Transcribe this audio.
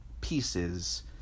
pieces